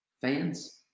Fans